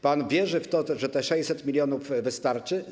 Pan wierzy w to, że te 600 mln wystarczy?